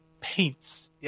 paints